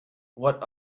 one